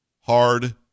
hard